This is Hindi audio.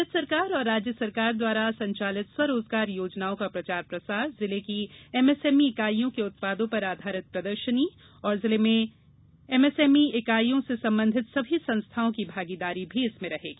भारत सरकार तथा राज्य सरकार द्वारा संचालित स्व रोजगार योजनाओं का प्रचार प्रसार जिले की एमएसएमई इकाइयों के उत्पादों पर आधारित प्रदर्शनी जिले में एमएसएमई इकाइयों से संबंधित सभी संस्थाओं की भागीदारी होगी